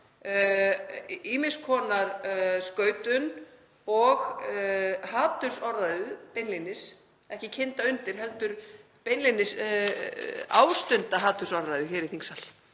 ýmiss konar skautun og hatursorðræðu beinlínis, ekki kynda undir heldur beinlínis ástunda hatursorðræðu í þingsal.